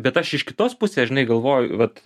bet aš iš kitos pusės žinai galvoju vat